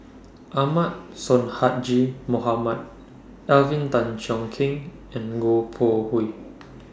Ahmad Sonhadji Mohamad Alvin Tan Cheong Kheng and Goh Koh Hui